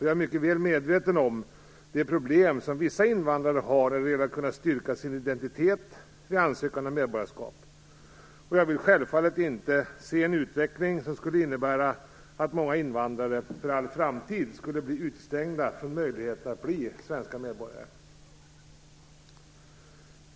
Jag är mycket väl medveten om de problem som vissa invandrare har när det gäller att kunna styrka sin identitet vid ansökan om medborgarskap. Och jag vill självfallet inte se en utveckling som skulle innebära att många invandrare för all framtid skulle bli utestängda från möjligheten att bli svenska medborgare.